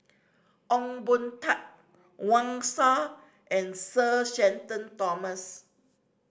Ong Boon Tat Wang Sha and Sir Shenton Thomas